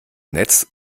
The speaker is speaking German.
netz